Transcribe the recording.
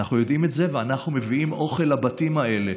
אנחנו יודעים את זה ואנחנו מביאים אוכל לבתים האלה.